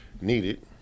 needed